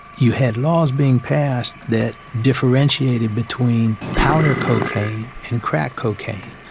you had laws being passed that differentiated between powder cocaine and crack cocaine.